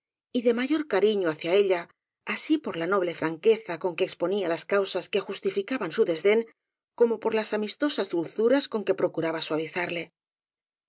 y de mayor cariño hacia ella así por la noble fran queza con que exponía las causas que justificaban fw su desdén como por las amistosas dulzuras con que procuraba suavizarle